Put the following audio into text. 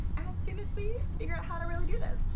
as soon as we figure out how to really do this